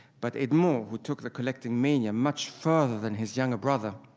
but edmond, who took the collecting mania much further than his younger brother,